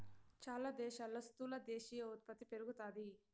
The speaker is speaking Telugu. చాలా దేశాల్లో స్థూల దేశీయ ఉత్పత్తి పెరుగుతాది